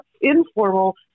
informal